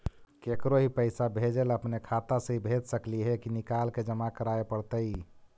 केकरो ही पैसा भेजे ल अपने खाता से ही भेज सकली हे की निकाल के जमा कराए पड़तइ?